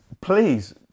Please